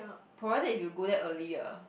provided if you go there early lah